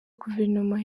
guverinoma